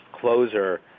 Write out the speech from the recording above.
closer